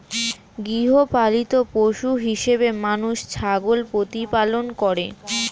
গৃহপালিত পশু হিসেবে মানুষ ছাগল প্রতিপালন করে